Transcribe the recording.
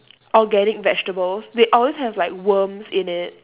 organic vegetables they always have like worms in it